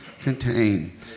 contain